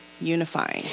unifying